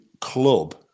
club